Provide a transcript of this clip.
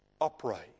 upright